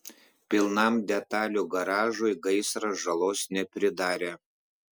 pilnam detalių garažui gaisras žalos nepridarė